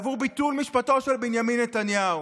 בעבור ביטול משפטו של בנימין נתניהו.